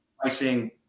Pricing